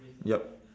yup